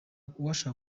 kumenya